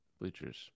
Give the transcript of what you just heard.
bleachers